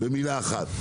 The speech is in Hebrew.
במילה אחת.